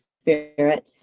Spirit